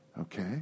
Okay